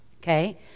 Okay